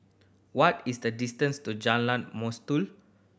what is the distance to Jalan Mastuli